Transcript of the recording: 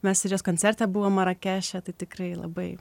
mes ir jos koncerte buvom marakeše tai tikrai labai